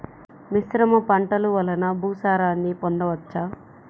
మిశ్రమ పంటలు వలన భూసారాన్ని పొందవచ్చా?